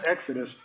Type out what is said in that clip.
exodus